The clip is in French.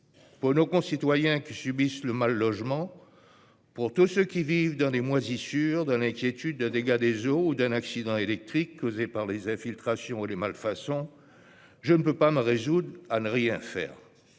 Pour nos concitoyens qui subissent le mal-logement, pour tous ceux qui vivent dans les moisissures, dans l'inquiétude d'un dégât des eaux ou d'un accident électrique causé par les infiltrations ou les malfaçons, je ne puis me résoudre à ne rien faire.